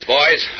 boys